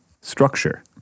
structure